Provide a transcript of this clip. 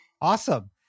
Awesome